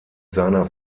seiner